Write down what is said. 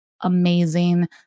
amazing